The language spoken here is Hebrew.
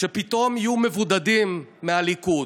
כשפתאום יהיו מבודדים מהליכוד?